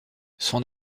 son